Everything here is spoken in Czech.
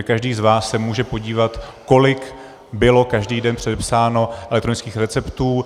Každý z vás se může podívat, kolik bylo každý den předepsáno elektronických receptů.